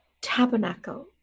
tabernacle